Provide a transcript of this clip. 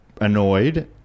annoyed